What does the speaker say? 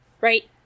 Right